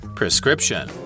prescription